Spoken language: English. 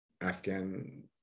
Afghan